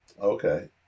Okay